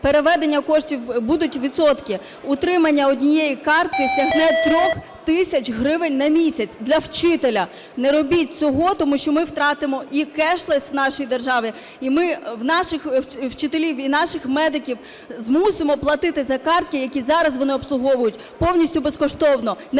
переведення коштів будуть відсотки. Утримання однієї картки сягне 3 тисяч гривень на місяць для вчителя. Не робіть цього, тому що ми втратимо і кешлес в нашій державі, і ми наших вчителів і наших медиків змусимо платити за картки, які зараз вони обслуговують повністю безкоштовно.